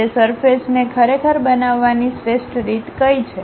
તે સરફેસને ખરેખર બનાવવાની શ્રેષ્ઠ રીત કઈ છે